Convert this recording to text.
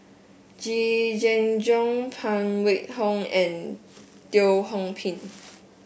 Yee Jenn Jong Phan Wait Hong and Teo Ho Pin